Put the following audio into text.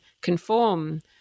conform